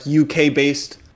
UK-based